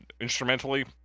instrumentally